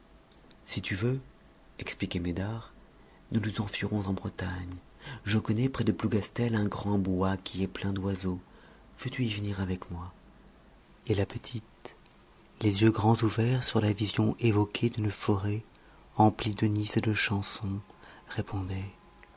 si tu veux expliquait médare nous nous enfuirons en bretagne je connais près de plougastel un grand bois qui est plein d'oiseaux veux-tu y venir avec moi et la petite les yeux grands ouverts sur la vision évoquée d'une forêt emplie de nids et de chansons répondait